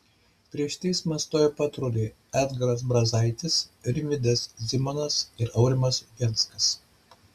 prieš teismą stojo patruliai edgaras brazaitis rimvydas zymonas ir aurimas ugenskas